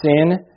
sin